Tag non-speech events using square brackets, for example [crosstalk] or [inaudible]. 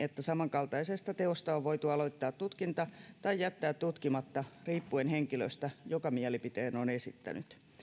[unintelligible] että samankaltaisesta teosta on voitu aloittaa tutkinta tai jättää tutkimatta riippuen henkilöstä joka mielipiteen on esittänyt